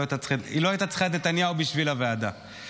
היא לא הייתה צריכה את נתניהו בשביל הוועדה.